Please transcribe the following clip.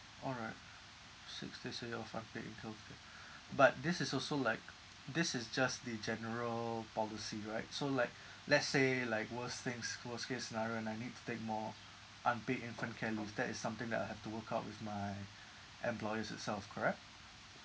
all right six days a year of unpaid infant care but this is also like this is just the general policy right so like let's say like worst things worst case scenario and I need to take more unpaid infant care leave that is something that I'll have to work out with my employers itself correct